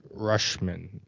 Rushman